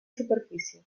superfície